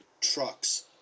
trucks